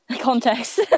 context